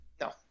No